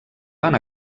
van